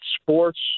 Sports